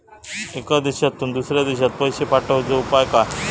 एका देशातून दुसऱ्या देशात पैसे पाठवचे उपाय काय?